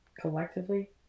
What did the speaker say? Collectively